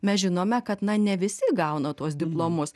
mes žinome kad na ne visi gauna tuos diplomus